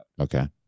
Okay